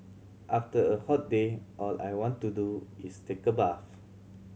after a hot day all I want to do is take a bath